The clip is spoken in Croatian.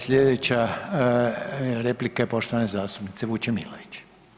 Sljedeća replika je poštovane zastupnice Vučemilović.